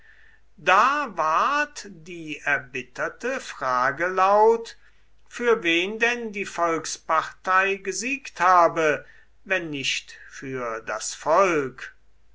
da ward die erbitterte frage laut für wen denn die volkspartei gesiegt habe wenn nicht für das volk